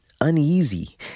uneasy